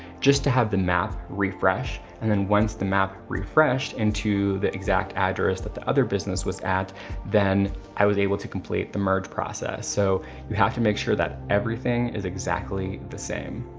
just to have the map refresh and then once the map refreshed into the exact address that the other business was at then i was able to complete the merge process. so you have to make sure that everything is exactly the same.